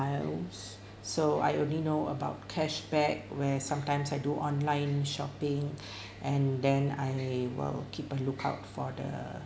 miles so I only know about cashback where sometimes I do online shopping and then I will keep a lookout for the